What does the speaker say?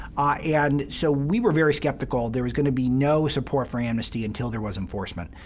and so we were very skeptical there was going to be no support for amnesty until there was enforcement.